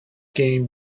gain